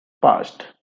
passed